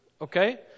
okay